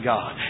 God